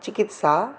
चिकित्सां